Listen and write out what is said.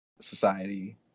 society